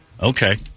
Okay